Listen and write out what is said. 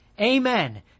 Amen